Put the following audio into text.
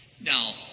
Now